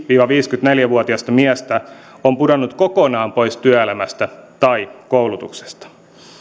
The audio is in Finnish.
viiva viisikymmentäneljä vuotiasta miestä on pudonnut kokonaan pois työelämästä tai koulutuksesta